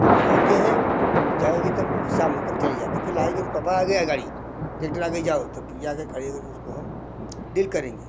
जब वो जाते हैं जाएंगे तब ग़ुस्सा में हो कर चले जाते हैं फिर लाएंगे तो पापा आ गया गाड़ी टेक्टर आ गई जाओ तब फिर जा कर खड़े हो कर के उसको हम बिल करेंगे